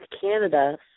Canada